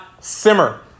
simmer